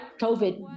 COVID